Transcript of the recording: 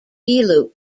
loop